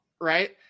Right